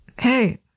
Hey